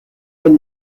ein